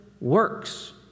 works